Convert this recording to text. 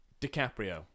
DiCaprio